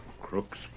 Crooks